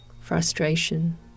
frustration